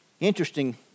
Interesting